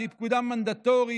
שהיא פקודה מנדטורית,